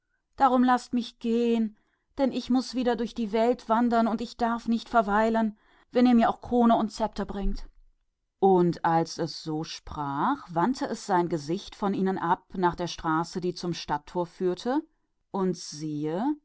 deshalb laßt mich gehen denn ich muß wieder über die welt wandern and darf hier nicht weilen ob ihr mir auch die krone bringt und das zepter und als es sprach wandte es das gesicht von ihnen und auf die straße hinaus die zum tore der stadt führte und siehe